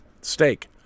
steak